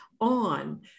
on